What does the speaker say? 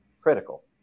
critical